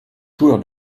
joueur